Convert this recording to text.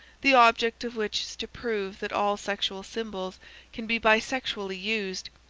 the object of which is to prove that all sexual symbols can be bisexually used.